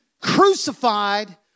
crucified